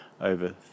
over